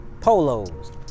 polos